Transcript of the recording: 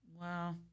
Wow